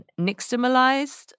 nixtamalized